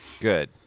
Good